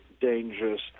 dangerous